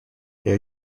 they